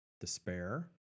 despair